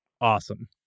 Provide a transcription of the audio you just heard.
awesome